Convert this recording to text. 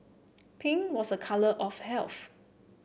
pink was a colour of health